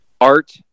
Art